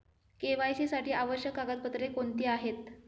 KYC साठी आवश्यक कागदपत्रे कोणती आहेत?